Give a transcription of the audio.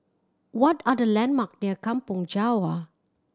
what are the landmark near Kampong Java